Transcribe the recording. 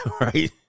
right